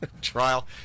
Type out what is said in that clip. Trial